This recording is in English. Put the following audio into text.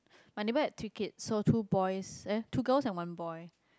my neighbour had three kids so two boys eh two girls and one boy